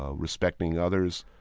ah respecting others,